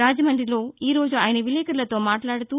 రాజమం్రిలో ఈ రోజు ఆయన విలేకరులతో మాట్లాడుతూ